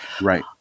right